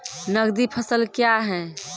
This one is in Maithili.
नगदी फसल क्या हैं?